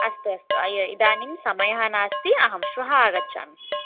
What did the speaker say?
अस्तु अस्तु इदानीं समयः नास्ति अहं श्वः आगच्छामि